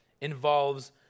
involves